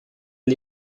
der